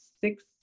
six